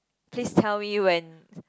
please tell me when